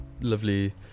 lovely